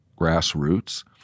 grassroots